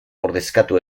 ordezkatu